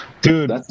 Dude